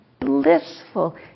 blissful